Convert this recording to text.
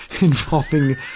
involving